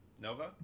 Nova